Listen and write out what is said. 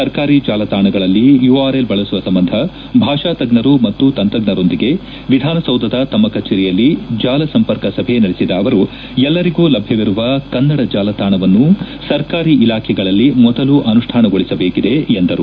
ಸರ್ಕಾರಿ ಜಾಲತಾಣಗಳಲ್ಲಿ ಯುಆರ್ಎಲ್ ಬಳಸುವ ಸಂಬಂಧ ಭಾಷಾತಜ್ಞರು ಮತ್ತು ತಂತ್ರಜ್ಞರೊಂದಿಗೆ ವಿಧಾನಸೌಧದ ತಮ್ನ ಕಚೇರಿಯಲ್ಲಿ ಜಾಲ ಸಂಪರ್ಕ ಸಭೆ ನಡೆಸಿದ ಆವರು ಎಲ್ಲರಿಗೂ ಲಭ್ಯವಿರುವ ಕನ್ನಡ ಜಾಲತಾಣವನ್ನು ಸರ್ಕಾರಿ ಇಲಾಖೆಗಳಲ್ಲಿ ಮೊದಲು ಅನುಷ್ಣಾನಗೊಳ್ಟಬೇಕಿದೆ ಎಂದರು